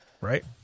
Right